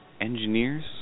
Engineers